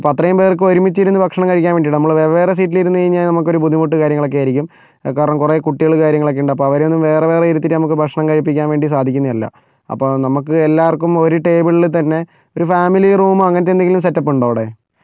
അപ്പം അത്രയും പേർക്ക് ഒരുമിച്ചിരുന്ന് ഭക്ഷണം കഴിക്കാൻ വേണ്ടിയിട്ട് നമ്മൾ വെവ്വേറെ സീറ്റിലിരുന്ന് കഴിഞ്ഞാൽ നമുക്കൊരു ബുദ്ധിമുട്ട് കാര്യങ്ങളൊക്കെയായിരിക്കും കാരണം കുറേ കുട്ടികൾ കാര്യങ്ങളൊക്കെയുണ്ട് അപ്പം അവരെന്നും വേറെ വേറെ ഇരുത്തിയിട്ട് നമുക്ക് ഭക്ഷണം കഴിപ്പിക്കാൻ വേണ്ടി സാധിക്കുന്നതല്ല അപ്പോൾ നമുക്ക് എല്ലാവർക്കും ഒരു ടേബിളിൽ തന്നെ ഒരു ഫാമിലി റൂമോ അങ്ങനത്തെ എന്തെങ്കിലും സെറ്റ് അപ്പ് ഉണ്ടോ അവിടെ